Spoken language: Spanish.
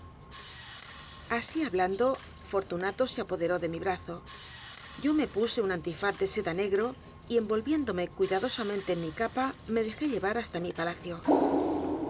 así hablando fortunato se apoderó de mi brazo yo me puse un antifaz de seda negro y envolviéndome cuidadosamente en mi capa me dejé llevar hasta mi palacio